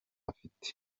afite